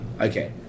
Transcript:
Okay